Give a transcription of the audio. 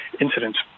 incidents